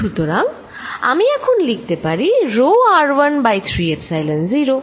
সুতরাং আমি এখন লিখতে পারি rho r1 বাই 3 এপসাইলন 0